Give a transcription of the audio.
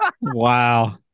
Wow